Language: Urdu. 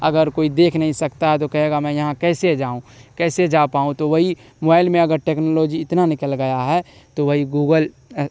اگر کوئی دیکھ نہیں سکتا ہے تو کہے گا میں یہاں کیسے جاؤں کیسے جا پاؤں تو وہی مووائل میں اگر ٹیکنالوجی اتنا نکل گیا ہے تو وہی گوگل